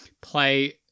play